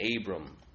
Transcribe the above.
Abram